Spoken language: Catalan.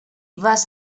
vas